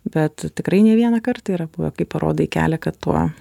bet tikrai ne vieną kartą yra buvę kai parodai kelią kad tuo